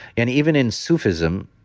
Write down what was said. and even in sufism,